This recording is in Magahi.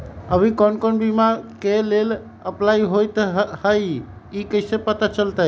अभी कौन कौन बीमा के लेल अपलाइ होईत हई ई कईसे पता चलतई?